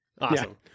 awesome